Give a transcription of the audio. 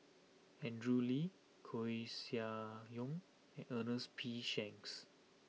Andrew Lee Koeh Sia Yong and Ernest P Shanks